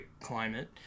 climate